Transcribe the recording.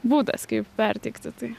būdas kaip perteikti tai